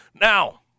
Now